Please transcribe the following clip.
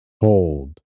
hold